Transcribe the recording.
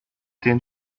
den